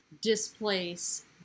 displace